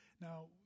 Now